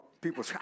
people